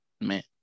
man